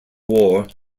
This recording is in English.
war